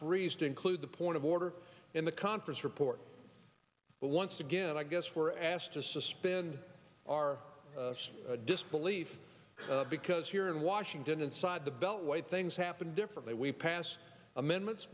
erees to include the point of order in the conference report but once again i guess we're asked to suspend our disbelief because here in washington inside the beltway things happen differently we pass amendments